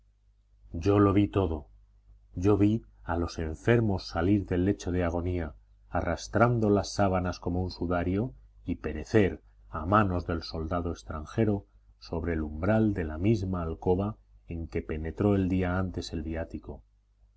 yo lo vi todo yo vi a los enfermos salir del lecho de agonía arrastrando las sábanas como un sudario y perecer a manos del soldado extranjero sobre el umbral de la misma alcoba en que penetró el día antes el viático